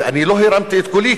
ואני לא הרמתי את קולי,